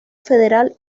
federal